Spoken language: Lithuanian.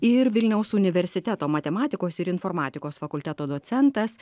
ir vilniaus universiteto matematikos ir informatikos fakulteto docentas